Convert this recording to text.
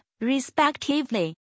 respectively